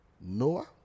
Noah